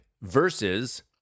versus